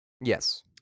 Yes